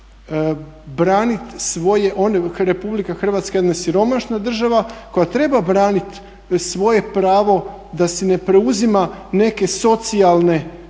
Hrvatska je jedna siromašna država koja treba braniti svoje pravo da si ne preuzima neke socijalne,